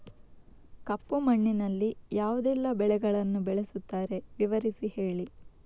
ಕಪ್ಪು ಮಣ್ಣಿನಲ್ಲಿ ಯಾವುದೆಲ್ಲ ಬೆಳೆಗಳನ್ನು ಬೆಳೆಸುತ್ತಾರೆ ವಿವರಿಸಿ ಹೇಳಿ